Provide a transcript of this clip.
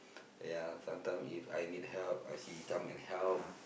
yeah sometime if I need help ah she come and help